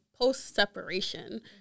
post-separation